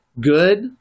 good